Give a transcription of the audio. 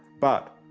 but,